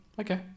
Okay